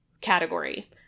category